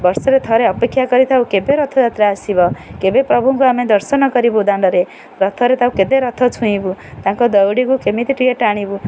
ବର୍ଷରେ ଥରେ ଅପେକ୍ଷା କରିଥାଉ କେବେ ରଥଯାତ୍ରା ଆସିବ କେବେ ପ୍ରଭୁଙ୍କୁ ଆମେ ଦର୍ଶନ କରିବୁ ଦାଣ୍ଡରେ ରଥରେ ତାକୁ କେବେ ରଥ ଛୁଇଁବୁ ତାଙ୍କ ଦୌଡ଼ିକୁ କେମିତି ଟିକେ ଟାଣିବୁ